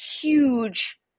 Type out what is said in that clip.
huge